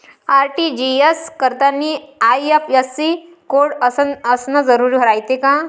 RTGS करतांनी IFSC code असन जरुरी रायते का?